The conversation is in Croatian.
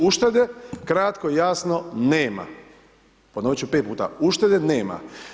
Uštede, kratko i jasno nema, ponoviti ću 5 puta, uštede nema.